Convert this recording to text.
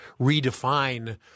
redefine